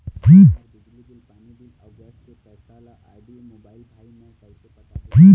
हमर बिजली बिल, पानी बिल, अऊ गैस के पैसा ला आईडी, मोबाइल, भाई मे कइसे पटाबो?